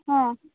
ಹಾಂ